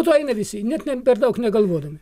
po to eina visi net ne per daug negalvodami